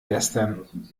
gestern